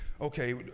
Okay